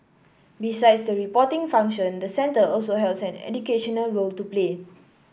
besides the reporting function the centre also has an educational role to play